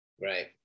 Right